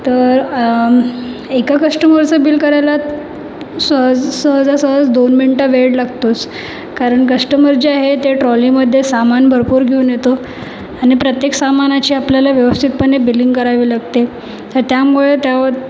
तर एका कस्टमरचं बिल करायला सहज सहजासहज दोन मिनिटं वेळ लागतोच कारण कस्टमर जे आहे ते ट्रॉलीमध्ये सामान भरपूर घेऊन येतो आणि प्रत्येक सामानाची आपल्याला व्यवस्थितपणे बिलिंग करावी लागते ह त्यामुळे त्यावर